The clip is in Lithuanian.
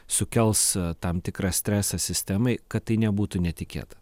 sukels tam tikrą stresą sistemai kad tai nebūtų netikėta